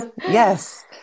yes